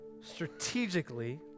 strategically